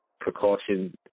precaution